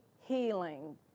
healing